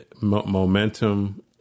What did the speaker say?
Momentum